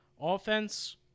offense